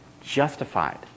justified